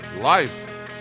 life